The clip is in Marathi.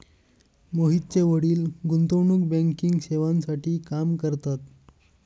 मोहितचे वडील गुंतवणूक बँकिंग सेवांसाठी काम करतात